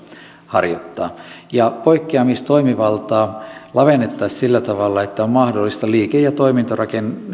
harjoittavat ja poikkeamistoimivaltaa lavennettaisiin sillä tavalla että on mahdollista liike ja